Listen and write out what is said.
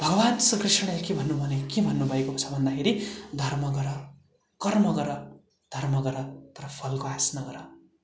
भगवान् श्री कृष्णले के भन्नु भनेको के भन्नु भएको छ भन्दाखेरि धर्म गर कर्म गर धर्म गर तर फलको आस नगर